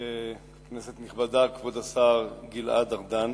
כנסת נכבדה, כבוד השר גלעד ארדן,